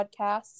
podcasts